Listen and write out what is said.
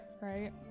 right